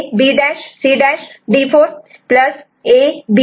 D4 AB'C